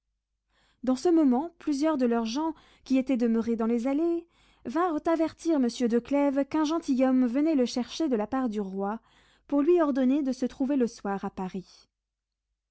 dans ce moment plusieurs de leurs gens qui étaient demeurés dans les allées vinrent avertir monsieur de clèves qu'un gentilhomme venait le chercher de la part du roi pour lui ordonner de se trouver le soir à paris